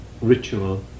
ritual